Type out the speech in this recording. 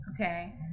Okay